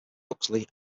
huxley